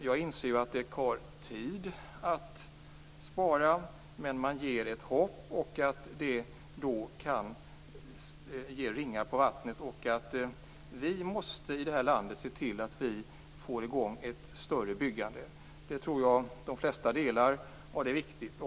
Jag inser ju att det tar tid att spara, men man ger ett hopp som kan ge ringar på vattnet. Vi måste se till att vi får i gång ett ökat byggande i det här landet. Den uppfattningen delar nog de flesta.